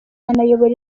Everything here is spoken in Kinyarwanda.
anayobora